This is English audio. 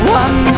one